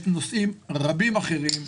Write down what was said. יש נושאים רבים אחרים,